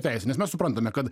teisinis mes suprantame kad